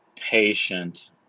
patient